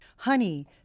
Honey